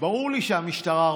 ברור לי שהמשטרה רוצה.